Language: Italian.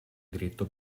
diritto